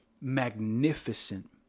magnificent